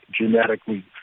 genetically